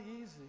easy